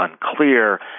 unclear